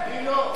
אני לא.